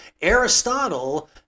Aristotle